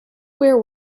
ware